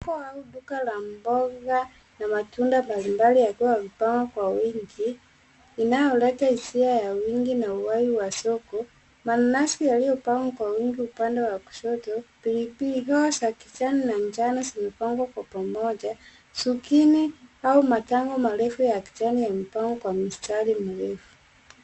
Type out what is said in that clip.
Soko au duka la mboga na matunda mbalimbali yakiwa yamepangwa kwa wingi inayoleta hisia ya wingi na uhai wa soko. Mananasi yaliyopangwa kwa wingi upande wa kushoto. Pilipili hoho za kijani na njano zimepangwa kwa pamoja. Sukini au matango marefu ya kijani yamepangwa kwa mistari mirefu.